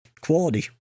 quality